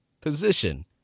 position